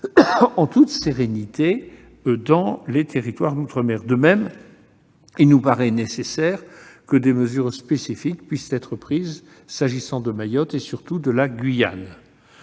-en toute sérénité dans leurs territoires. De même, il nous paraît nécessaire que des mesures spécifiques soient prises s'agissant de Mayotte et, surtout, de la Guyane.